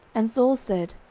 and saul said,